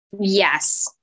Yes